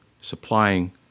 supplying